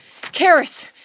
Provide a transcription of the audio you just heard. Karis